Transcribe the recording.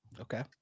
Okay